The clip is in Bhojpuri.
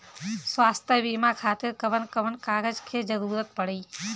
स्वास्थ्य बीमा खातिर कवन कवन कागज के जरुरत पड़ी?